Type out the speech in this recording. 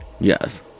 Yes